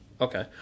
Okay